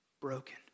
broken